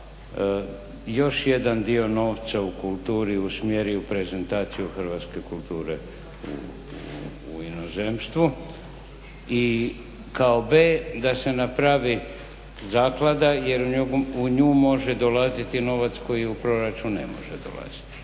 još jedan dio novca u kulturi usmjeri u prezentaciju hrvatske kulture u inozemstvu i kao b) da se napravi zaklada jer u nju može dolaziti novac koji u proračun ne može dolaziti.